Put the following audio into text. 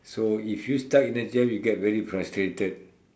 so if you stuck in a jam you get very frustrated